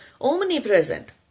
omnipresent